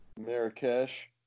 Marrakesh